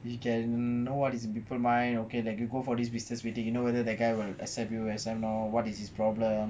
we can hmm know what is in people mind like okay you go for this business meeting you know whether the guy will accept you or not what is his problem